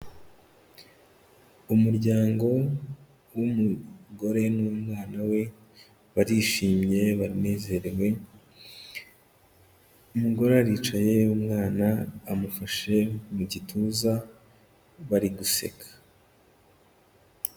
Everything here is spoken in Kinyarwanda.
Umuryango w'umugore n'umwana we barishimye banezerewe, umugore aricaye umwana amufashe mu gituza bari guseka.